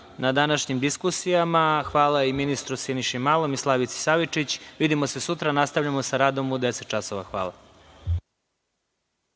na današnjim diskusijama. Hvala i ministru Siniši Malom i Slavici Savičić. Vidimo se sutra. Nastavljamo sa radom u 10,00 časova.